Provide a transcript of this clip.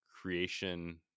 creation